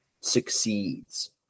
succeeds